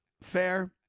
fair